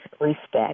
Respect